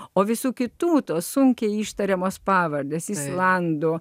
o visų kitų tos sunkiai ištariamos pavardės islandų